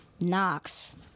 Knox